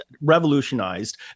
revolutionized